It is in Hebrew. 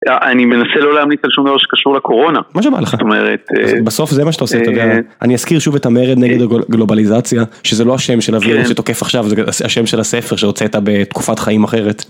אני מנסה לא להמליץ על שום דבר שקשור לקורונה. מה שבא לך, בסוף זה מה שאתה עושה, אני אזכיר שוב את המרד נגד הגלובליזציה, שזה לא השם של הווירוס שתוקף עכשיו, זה השם של הספר שהוצאת בתקופת חיים אחרת.